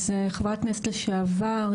אז חברת כנסת לשעבר,